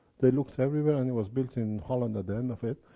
they looked everywhere, and it was built in holland, at the end of it.